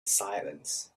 silence